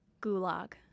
Gulag